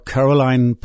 Caroline